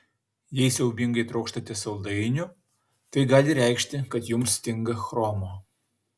jei siaubingai trokštate saldainių tai gali reikšti kad jums stinga chromo